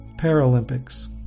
Paralympics